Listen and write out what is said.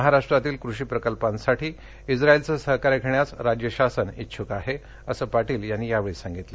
महाराष्ट्रातील कृषी प्रकल्पांसाठी इस्रायलचे सहकार्य घेण्यास राज्य शासन इच्छुक आहे असं पाटील यांनी यावेळी सांगितलं